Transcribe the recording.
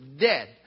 dead